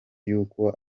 y’uko